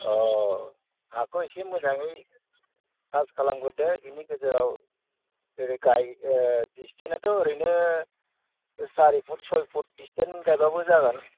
अ हाखौ एसे मोजाङै साफा खालामग्रोदो बिनि गेजेराव जेरै गाय डिस्टेन्सथ' ओरैनो सारि फुट सय फुट डिस्टेन्स गायब्लाबो जागोन